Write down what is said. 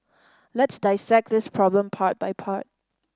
let's dissect this problem part by part